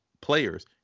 players